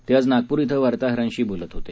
ते आज नागपूर क्वें वार्ताहरांशी बोलत होते